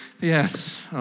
yes